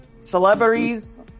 celebrities